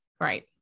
right